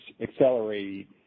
accelerate